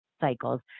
cycles